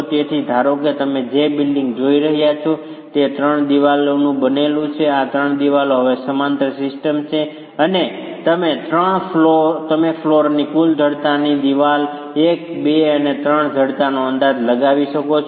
તેથી ધારો કે તમે જે બિલ્ડિંગ જોઈ રહ્યાં છો તે 3 દિવાલોથી બનેલું છે અને આ 3 દિવાલો હવે સમાંતર સિસ્ટમ છે અને તમે ફ્લોરની કુલ જડતાની તુલનામાં દિવાલ 1 2 અને 3 ની જડતાનો અંદાજ લગાવી શકો છો